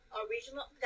original